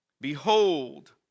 Behold